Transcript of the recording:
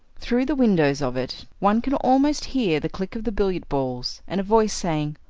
through the windows of it one can almost hear the click of the billiard balls, and a voice saying,